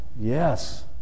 Yes